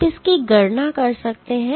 आप इसकी गणना कर सकते हैं